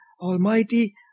Almighty